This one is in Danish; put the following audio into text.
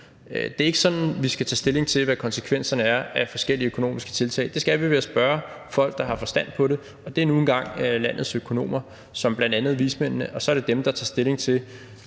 Det er ikke sådan, vi skal tage stilling til konsekvenserne af forskellige økonomiske tiltag; det skal vi ved at spørge folk, der har forstand på det, og det er nu engang landets økonomer, som bl.a. vismændene, og så er det dem, der tager stilling til,